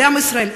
לעם ישראל,